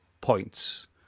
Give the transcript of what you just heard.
points